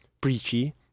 preachy